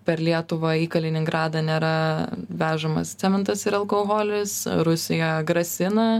per lietuvą į kaliningradą nėra vežamas cementas ir alkoholis rusija grasina